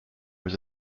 was